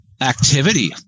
activity